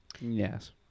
Yes